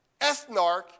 ethnarch